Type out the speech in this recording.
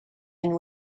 and